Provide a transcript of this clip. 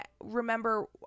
remember